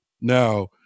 Now